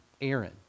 Aaron